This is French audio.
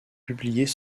publiés